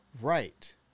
Right